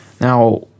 Now